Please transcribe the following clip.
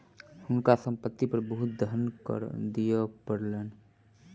हुनका संपत्ति पर बहुत धन कर दिअ पड़लैन